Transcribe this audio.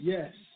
Yes